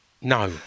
No